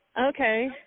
Okay